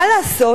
מה לעשות?